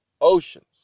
oceans